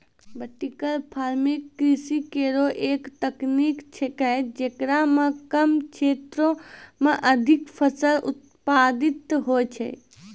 vertical farming कृषि केरो एक तकनीक छिकै, जेकरा म कम क्षेत्रो में अधिक फसल उत्पादित होय छै